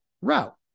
route